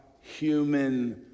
human